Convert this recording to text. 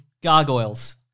Gargoyles